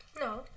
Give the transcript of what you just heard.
No